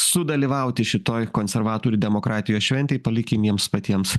sudalyvauti šitoj konservatorių demokratijos šventėj palikim jiems patiems